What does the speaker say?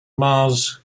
mars